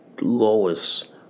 lowest